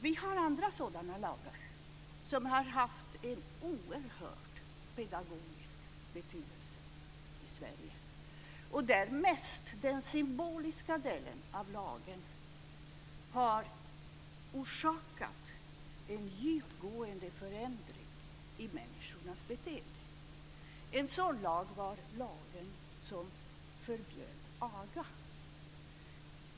Vi har andra sådana lagar som haft en oerhörd pedagogisk betydelse i Sverige - lagar där mest den symboliska delen av dem har orsakat en djupgående förändring i människornas beteende. En sådan lag var den lag som förbjöd aga.